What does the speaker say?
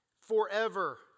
Forever